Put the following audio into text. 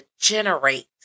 generate